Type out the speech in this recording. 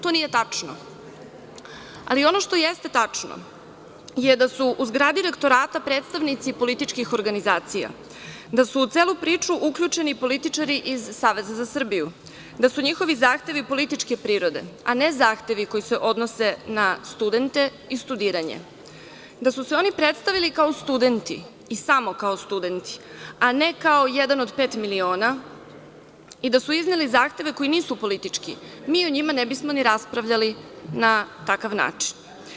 To nije tačno, ali ono što jeste tačno je da su u zgradi Rektorata predstavnici političkih organizacija, da su u celu priču uključeni političari iz Saveza za Srbiju, da su njihovi zahtevi političke prirode, a ne zahtevi koji se odnose na studente i studiranje, da su se oni predstavili kao studenti i samo kao studenti, a ne kao „1 od 5 miliona“ i da su izneli zahteve koji nisu politički, mi o njima ne bismo ni raspravljali na takav način.